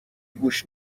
گوش